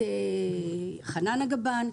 חנן הגבן,